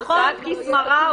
הוצאת כיס מרה,